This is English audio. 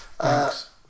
Thanks